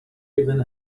even